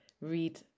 read